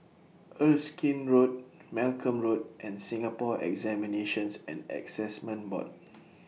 Erskine Road Malcolm Road and Singapore Examinations and Assessment Board